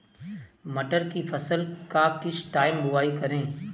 मटर की फसल का किस टाइम बुवाई करें?